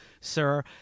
Sir